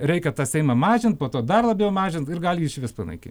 reikia tą seimą mažint po to dar labiau mažint ir gal jį išvis panaikins